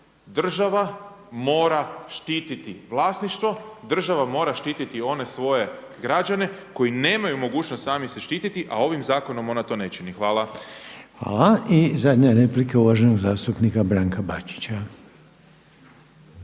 Država mora štititi vlasništvo, država mora štititi one svoje građane koji nemaju mogućnost sami se štititi, a ovim zakonom ona to ne čini. Hvala. **Reiner, Željko (HDZ)** Hvala lijepa. I zadnja replika uvaženog zastupnika Branka Bačić.